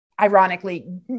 ironically